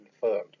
confirmed